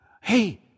hey